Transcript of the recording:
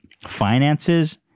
finances